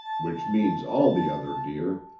which means all the other deer,